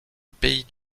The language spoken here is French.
pays